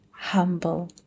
humble